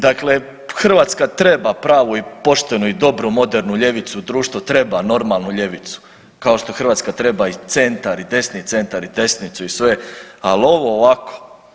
Dakle, Hrvatska treba pravu i poštenu i dobru modernu ljevicu, društvo treba normalnu ljevicu, kao što Hrvatska treba i centar i desni centar i desnicu i sve, ali ovo ovako.